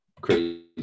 crazy